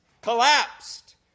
collapsed